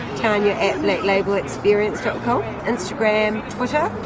yeah cannulate label experience coco and scram what yeah